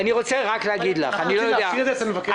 אנחנו צריכים --- אצל מבקר המדינה.